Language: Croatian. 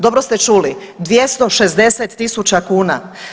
Dobro ste čuli, 260 000 kuna.